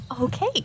Okay